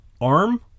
arm